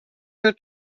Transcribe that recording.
your